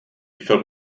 film